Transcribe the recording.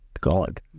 God